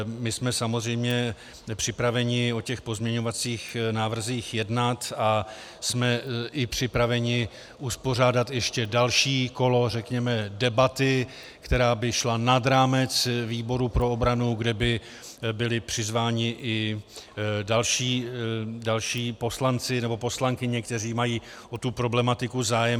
My jsme samozřejmě připraveni o těch pozměňovacích návrzích jednat a jsme připraveni uspořádat ještě další kolo debaty, která by šla nad rámec výboru pro obranu, kde by byli přizváni i další poslanci nebo poslankyně, kteří mají o tu problematiku zájem.